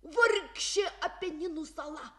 vargšė apeninų sala